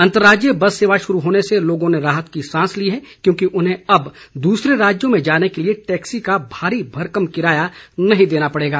अंतर्राज्यीय बस सेवा शुरू होने से लोगों ने राहत की सांस ली है क्योंकि उन्हें अब दूसरे राज्यों में जाने के लिए टैक्सी का भारी भरकम किराया नहीं देना पड़ेगा